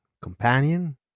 companion